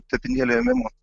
tepinėlio ėmimo